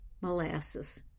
molasses